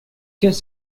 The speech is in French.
qu’est